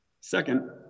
Second